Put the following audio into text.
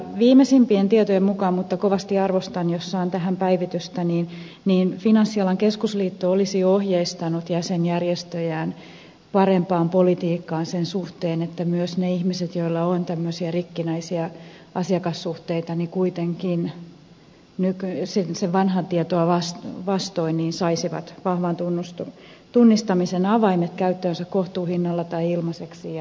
viimeisimpien tietojen mukaan mutta kovasti arvostan jos saan tähän päivitystä finanssialan keskusliitto olisi jo ohjeistanut jäsenjärjestöjään parempaan politiikkaan sen suhteen että myös ne ihmiset joilla on tämmöisiä rikkinäisiä asiakassuhteita kuitenkin vastoin vanhaa tietoa saisivat vahvan tunnistamisen avaimet käyttöönsä kohtuuhinnalla tai ilmaiseksi ja helposti